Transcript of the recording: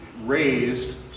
raised